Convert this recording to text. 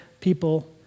people